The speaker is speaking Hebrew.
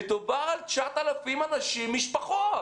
מדובר על 9,000 משפחות.